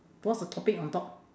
what's the topic on top